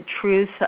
truth